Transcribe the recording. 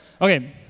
okay